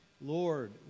Lord